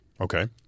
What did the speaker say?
Okay